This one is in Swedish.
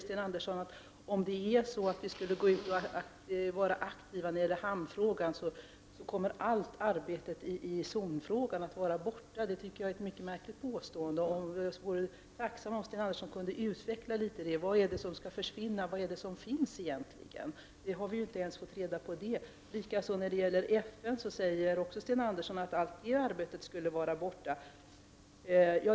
Sten Andersson sade att om vi går ut och är aktiva när det gäller hamnfrågan, kommer allt arbete i zonfrågan att ha varit förgäves. Det är ett mycket märkligt påstående. Jag vore tacksam om Sten Andersson kunde utveckla vad det är som skulle försvinna och vad det är som egentligen finns. Vi har ju inte ens fått reda på detta. När det gäller FN sade Sten Andersson att också detta arbete skulle vara förgäves.